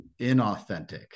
inauthentic